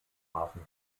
hafen